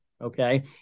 okay